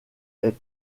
est